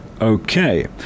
okay